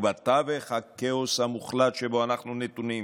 ובתווך, הכאוס המוחלט שבו אנחנו נתונים.